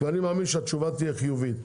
ואני מאמין שהתשובה תהיה חיובית.